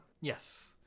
Yes